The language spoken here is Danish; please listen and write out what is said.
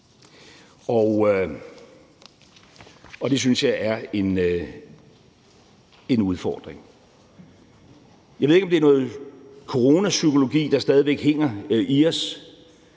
og det synes jeg er en udfordring. Jeg ved ikke, om det er noget coronapsykologi, der stadig væk hænger i os,